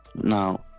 Now